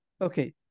Okay